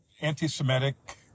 anti-Semitic